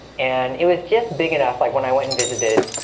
and it was just big enough like when i went and visited,